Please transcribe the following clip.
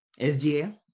SGA